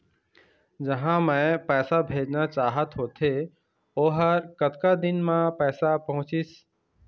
जहां मैं पैसा भेजना चाहत होथे ओहर कतका दिन मा पैसा पहुंचिस?